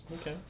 Okay